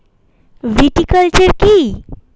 Viticulture কী?